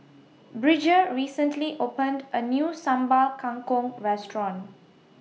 Bridger recently opened A New Sambal Kangkong Restaurant